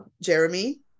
jeremy